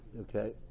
okay